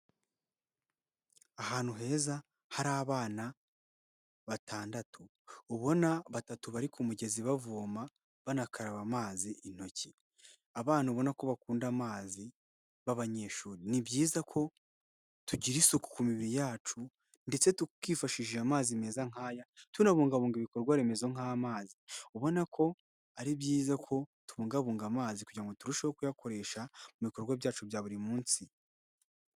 Ahantu heza hari abana batandatu, ubona batatu bari ku mugezi bavoma banakaraba amazi intoki. Abana ubona ko bakunda amazi babanyeshuri, ni byiza ko tugira isuku ku mibiri yacu ndetse twifasishije amazi meza nk 'aya ,tunabungabunga ibikorwa remezo nk'amazi. Ubona ko ari byiza ko tubungabunga amazi kugira ngo turusheho kuyakoresha mu bikorwa byacu bya buri munsi.